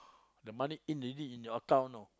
the money in already in your account now